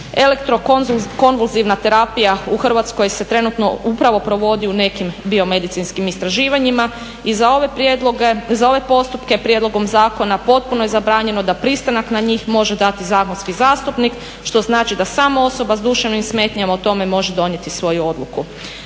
elektrokonvulzivna terapija u Hrvatskoj se trenutno upravo provodi u nekim biomedicinskim istraživanjima. I za ove postupke prijedlogom zakona potpuno je zabranjeno da pristanak na njih može dati zakonski zastupnik što znači da samo osoba sa duševnim smetnjama o tome može donijeti svoju odluku.